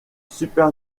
super